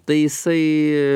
tai jisai